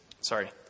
sorry